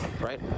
right